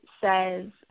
says